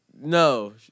No